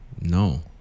no